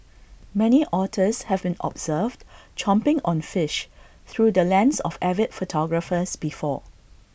many otters have been observed chomping on fish through the lens of avid photographers before